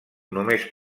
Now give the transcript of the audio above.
només